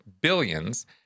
billions